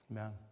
Amen